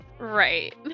Right